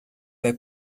vai